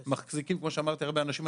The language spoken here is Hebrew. מחזיקים, כמו שאמרתי, הרבה אנשים.